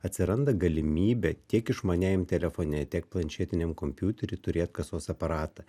atsiranda galimybė tiek išmaniajam telefone tiek planšetiniam kompiutery turėti kasos aparatą